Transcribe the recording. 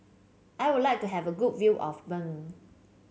I would like to have a good view of Bern